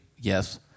Yes